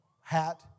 hat